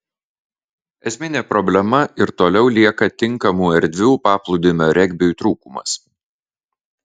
esminė problema ir toliau lieka tinkamų erdvių paplūdimio regbiui trūkumas